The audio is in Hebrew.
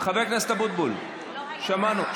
חבר הכנסת אבוטבול, שמענו.